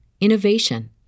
innovation